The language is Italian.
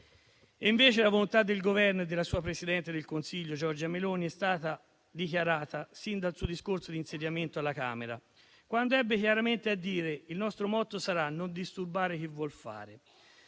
Invece, la volontà del Governo e della sua Presidente del Consiglio Giorgia Meloni è stata dichiarata sin dal suo discorso di insediamento alla Camera, quando ebbe chiaramente a dire: il nostro motto sarà «non disturbare chi vuol fare».